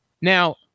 Now